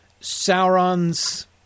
Sauron's